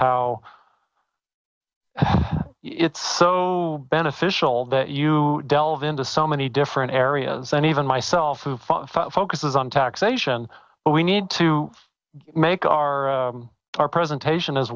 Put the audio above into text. how it's so beneficial that you delve into so many different areas and even myself who focuses on taxation but we need to make our our presentation as